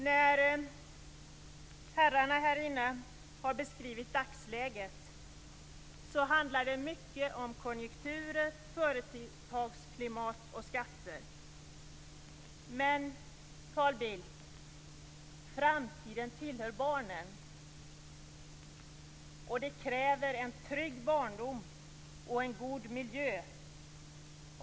När herrarna här i kammaren har beskrivit dagsläget handlar det mycket om konjunkturer, företagsklimat och skatter. Men, Carl Bildt, framtiden tillhör barnen. De kräver en trygg barndom och en god miljö.